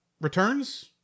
Returns